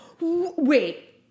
Wait